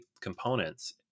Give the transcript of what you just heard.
components